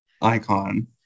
icon